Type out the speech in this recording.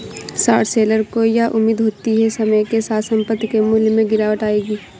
short seller को यह उम्मीद होती है समय के साथ संपत्ति के मूल्य में गिरावट आएगी